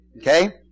Okay